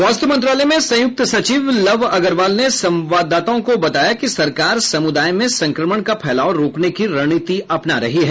स्वास्थ्य मंत्रालय में संयुक्त सचिव लव अग्रवाल ने संवाददाताओं को बताया कि सरकार समुदाय में संक्रमण का फैलाव रोकने की रणनीति अपना रही है